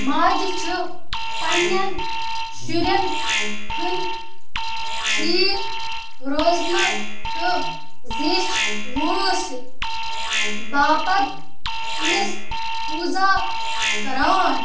ماجہِ چھِ پنٛنٮ۪ن شُرٮ۪ن ہٕنٛدۍ ٹھیٖک روزنہٕ تہٕ زیٖچھ وٲنٛسہِ باپتھ أمِس پوٗزا کران